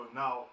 now